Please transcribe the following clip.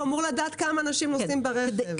הוא אמור לדעת כמה אנשים נוסעים ברכב.